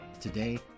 Today